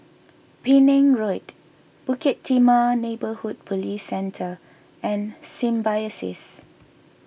Penang Road Bukit Timah Neighbourhood Police Centre and Symbiosis